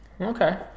Okay